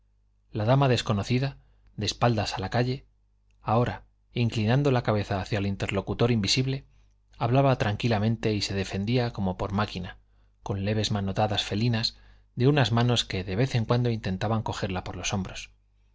la dama desconocida de espalda a la calle ahora inclinando la cabeza hacia el interlocutor invisible hablaba tranquilamente y se defendía como por máquina con leves manotadas felinas de unas manos que de vez en cuando intentaban cogerla por los hombros